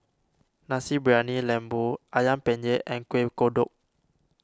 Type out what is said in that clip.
Nasi Briyani Lembu Ayam Penyet and Kueh Kodok